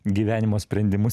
gyvenimo sprendimus